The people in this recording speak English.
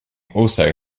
also